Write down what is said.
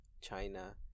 China